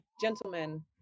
gentlemen